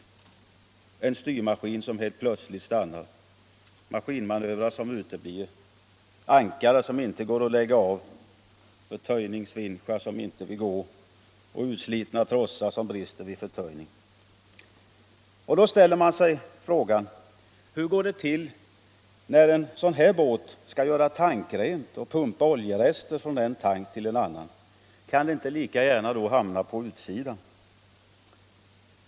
Det kan vara en styrmaskin som helt plötsligt stannar, maskinmanövrar som uteblir, ankare som inte går att lägga av, förtöjningsvinschar som inte vill gå och utslitna trossar som brister vid förtöjning. Då kan man ställa frågan: Hur går det till när en sådan här båt skall göra tankrent och pumpa oljerester från en tank till en annan? Kan de inte lika gärna hamna på utsidan?